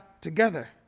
together